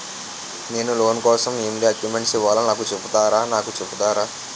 నేను లోన్ కోసం ఎం డాక్యుమెంట్స్ ఇవ్వాలో నాకు చెపుతారా నాకు చెపుతారా?